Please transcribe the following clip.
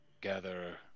Gather